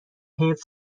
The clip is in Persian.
حفظ